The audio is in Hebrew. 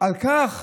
על כך